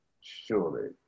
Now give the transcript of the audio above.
surely